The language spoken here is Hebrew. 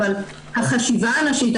אבל החשיבה הנשית,